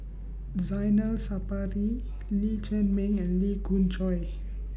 Zainal Sapari Lee Chiaw Meng and Lee Khoon Choy